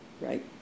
right